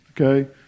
okay